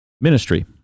ministry